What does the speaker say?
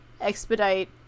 expedite